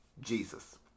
Jesus